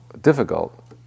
difficult